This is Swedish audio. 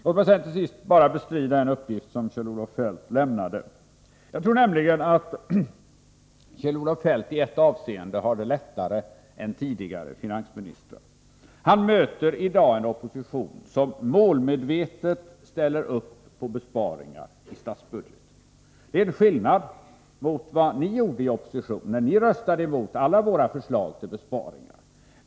Låt mig till sist bara bestrida en uppgift som Kjell-Olof Feldt lämnade. Jag tror att Kjell-Olof Feldt i ett avseende har det lättare än tidigare finansministrar. Han möter i dag en opposition som målmedvetet ställer sig bakom besparingar i statsbudgeten — till skillnad mot vad ni gjorde i opposition, då ni röstade emot alla våra förslag till besparingar.